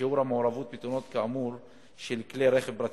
משיעור המעורבות בתאונות כאמור של כלי רכב פרטיים,